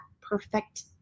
perfect